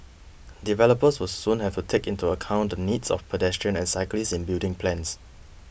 developers will soon have to take into account the needs of pedestrians and cyclists in building plans